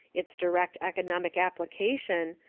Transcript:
its direct economic application,